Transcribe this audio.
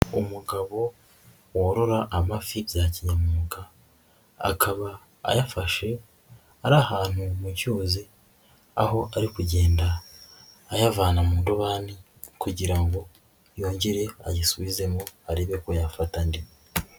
Umugabo worora amafi bya kinyamwuga, akaba ayafashe ari ahantu mu cyuzi, aho ari kugenda ayavana mu ndobani kugira ngo yongere ayisubize ngo arebe ko yafata andi.